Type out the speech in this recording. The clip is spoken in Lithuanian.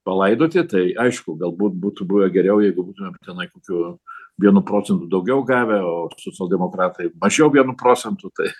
palaidoti tai aišku galbūt būtų buvę geriau jeigu būtumėm tenai kokiu vienu procentu daugiau gavę o socialdemokratai mažiau vienu procentu tai